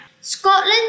Scotland